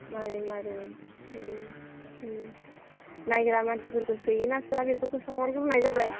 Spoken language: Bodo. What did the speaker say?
माबोरै माबोरै नायग्रा मानसिफोरखौ सोयो ना सोया बेफोरखौ सोंहरग्रोनाय जाबाय